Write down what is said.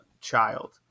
child